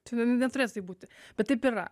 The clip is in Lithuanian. čia neturėtų taip būti bet taip yra